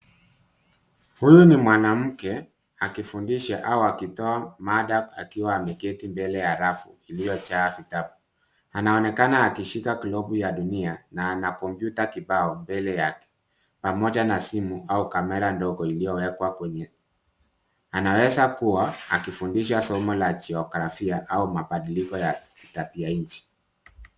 Huyu ni mwanamke akifundisha au akitoa mada akiwa ameketi mbele ya rafu iliyojaa vitabu. Anaonekana akishika globu ya dunia na ana kompyuta kibao mbele yake, pamoja na simu au kamera ndogo iliyowekwa. Anaweza kuwa akifundisha SoMo la jiografia au mabadiliko ya kitabia inchi.